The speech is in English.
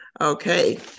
Okay